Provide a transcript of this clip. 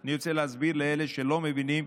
אני רוצה להסביר לאלה שלא מבינים,